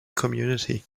community